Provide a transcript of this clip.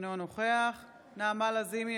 אינו נוכח נעמה לזימי,